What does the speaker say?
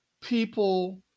people